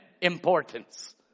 importance